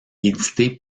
édité